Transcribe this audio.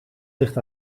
ligt